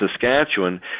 saskatchewan